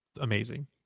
amazing